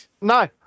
No